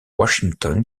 washington